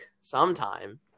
sometime